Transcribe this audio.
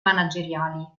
manageriali